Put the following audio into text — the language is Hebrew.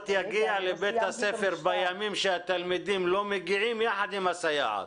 יגיע לבית הספר בימים שהילדים האחרים לא מגיעים ביחד עם הסייעת?